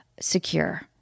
secure